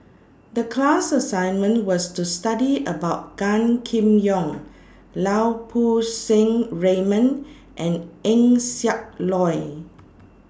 The class assignment was to study about Gan Kim Yong Lau Poo Seng Raymond and Eng Siak Loy